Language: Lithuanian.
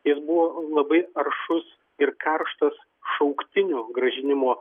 jis buvo labai aršus ir karštas šauktinių grąžinimo